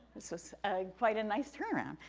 this was quite a nice turn-around.